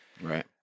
Right